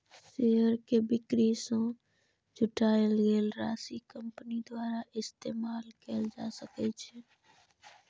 share के बिक्री सं जुटायल गेल राशि कंपनी द्वारा इस्तेमाल कैल जा सकै छै